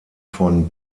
von